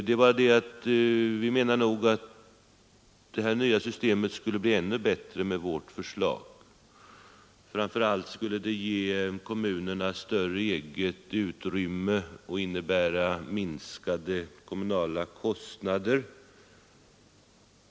Men vi menar nog att det nya systemet skulle bli ännu bättre med vårt förslag. Framför allt skulle det ge kommunerna större eget utrymme och innebära minskade kommunala kostnader.